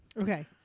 Okay